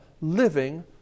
living